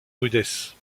rudesse